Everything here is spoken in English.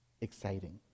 exciting